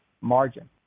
margin